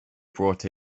brought